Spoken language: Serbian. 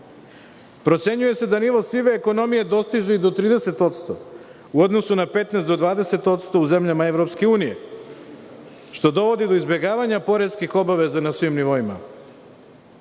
Procenjuje se da nivo sive ekonomije dostiže i do 30 % u odnosu na 15 % do 20 % u zemljama Evropske unije, što dovodi do izbegavanja poreskih obaveza na svim nivoima.